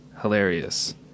hilarious